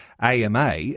AMA